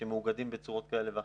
שמאוגדים בצורות כאלה ואחרות.